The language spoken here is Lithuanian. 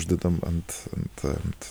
uždedam ant ant ant